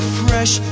fresh